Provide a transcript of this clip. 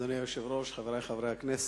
אדוני היושב-ראש, חברי חברי הכנסת,